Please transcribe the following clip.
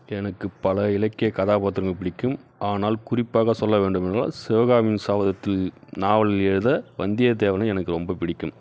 எனக்கு பல இலக்கிய கதாபாத்திரங்கள் பிடிக்கும் ஆனால் குறிப்பாக சொல்ல வேண்டும் என்றால் சிவகாமியின் சபதத்தில் நாவல் எழுத வந்திய தேவனை எனக்கு ரொம்ப பிடிக்கும்